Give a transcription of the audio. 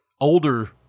older